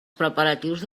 preparatius